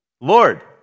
Lord